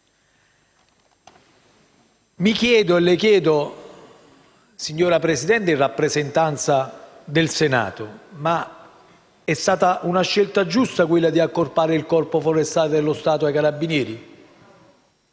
Mi chiedo e le chiedo, signora Presidente, in rappresentanza del Senato: è stata una scelta giusta quelli di accorpare il Corpo forestale dello Stato ai Carabinieri,